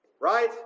right